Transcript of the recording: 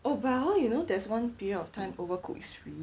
oh but hor you know there's one period of time overcook is free